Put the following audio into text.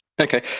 Okay